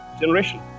generation